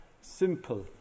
simple